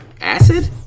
Acid